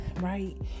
right